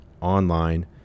online